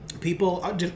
People